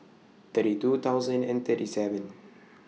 thirty two thousand and thirty seven